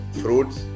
fruits